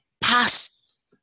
past